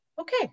okay